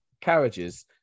carriages